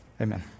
Amen